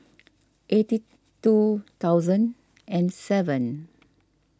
eighty two thousand and seven